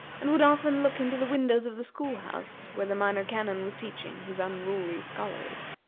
and would often look into the windows of the school-house where the minor canon was teaching his unruly scholars.